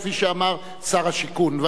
כפי שאמר שר השיכון,